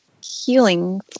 healing